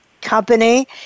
company